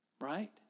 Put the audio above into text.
Right